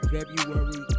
February